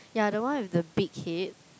ya the one with the big head